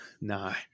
No